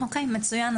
אוקיי, מצוין.